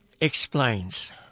explains